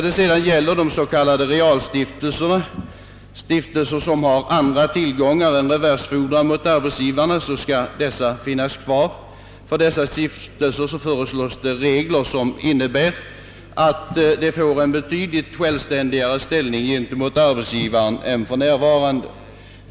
De s.k. realstiftelserna, d.v.s. stiftelser som har andra tillgångar än reversfordran mot arbetsgivaren, skall finnas kvar. För dessa stiftelser föreslås regler som innebär att de får en betydligt självständigare ställning gentemot arbetsgivaren än för närvarande.